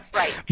right